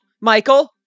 Michael